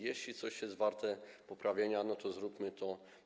Jeśli coś jest warte poprawienia, zróbmy to.